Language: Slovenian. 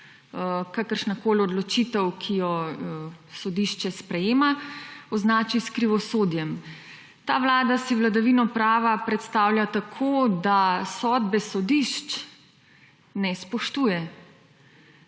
kakršnakoli odločitev, ki jo sodišče sprejema, označi s krivosodjem. Ta vlada si vladavino prava predstavlja tako, da sodbe sodišč ne spoštuje.